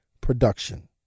production